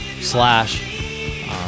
Slash